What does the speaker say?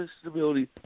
stability